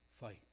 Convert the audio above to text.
fight